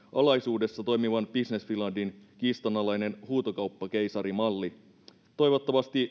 alaisuudessa toimivan business finlandin kiistanalainen huutokauppakeisarimalli toivottavasti